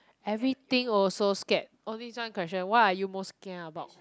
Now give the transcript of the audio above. every thing also scared oh this one question what are you most scared about